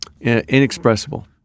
Inexpressible